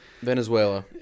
venezuela